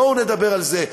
בואו נדבר על זה,